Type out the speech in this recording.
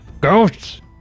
Ghosts